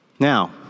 now